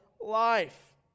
life